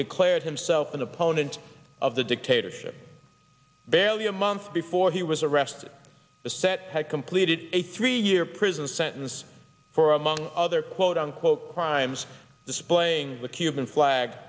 declared himself an opponent of the dictatorship barely a month before he was arrested the set had completed a three year prison sentence for among other quote unquote crimes displaying the cuban flag